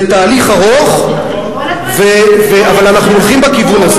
זה תהליך ארוך, אבל אנחנו הולכים בכיוון הזה.